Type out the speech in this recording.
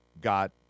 got